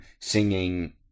singing